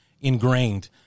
ingrained